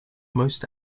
most